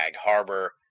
Harbor